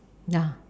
ya